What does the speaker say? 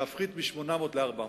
להפחית מ-800,000 ל-400,000,